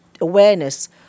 awareness